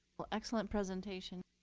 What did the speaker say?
excellent presentation.